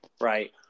Right